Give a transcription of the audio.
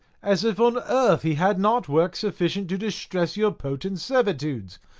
as if on earth he had not work sufficient to distress your potent servitudes,